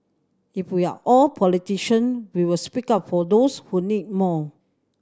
if we are all politician we will speak up for those who need more